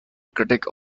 critic